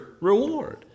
reward